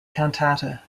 cantata